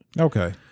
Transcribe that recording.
okay